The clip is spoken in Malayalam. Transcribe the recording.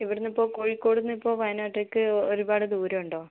ഇവിടുന്ന് ഇപ്പോൾ കോഴിക്കോടുന്ന് ഇപ്പോൾ വായനാട്ടേക്ക് ഒരുപാട് ദൂരം ഉണ്ടോ